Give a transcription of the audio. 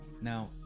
Now